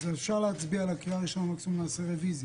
אפשר להצביע על הקריאה הראשונה ואנחנו נעשה רוויזיה.